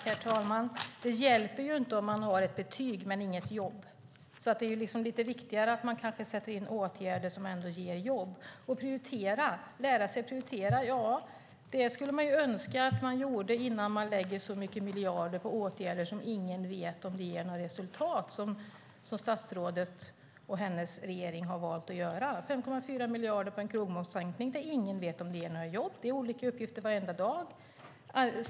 Herr talman! Det hjälper inte med ett betyg om man inte får jobb. Det är viktigare att man sätter in åtgärder som ger jobb. Det vore önskvärt att man lärde sig att prioritera innan man lade så många miljarder på åtgärder varom ingen vet om de ger några resultat, som statsrådet och hennes regering har valt att göra. 5,4 miljarder har lagts på en krogmomssänkning; ingen vet om den ger några jobb. Det kommer olika uppgifter varenda dag.